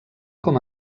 com